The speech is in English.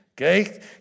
Okay